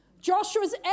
Joshua's